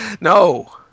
No